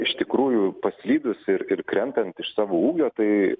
iš tikrųjų paslydus ir ir krentant iš savo ūgio tai